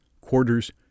Quarters